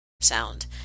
sound